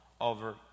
over